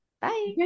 bye